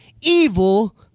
evil